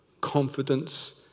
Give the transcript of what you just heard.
confidence